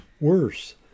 worse